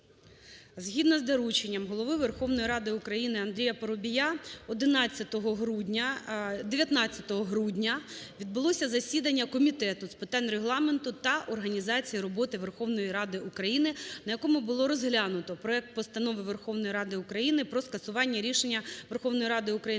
згідно з дорученням Голови Верховної Ради України Андрія Парубія 19 грудня відбулося засідання Комітету з питань Регламенту та організації роботи Верховної Ради України, на якому було розглянуто проект Постанови Верховної Ради України про скасування рішення Верховної Ради України